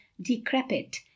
decrepit